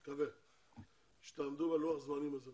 נקווה שתעמדו בלוח הזמנים הזה.